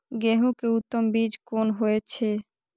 गेंहू के उत्तम बीज कोन होय छे?